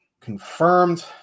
confirmed